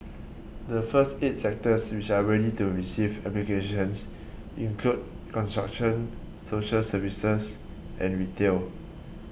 the first eight sectors which are ready to receive applications include construction social services and retail